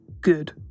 good